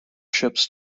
ships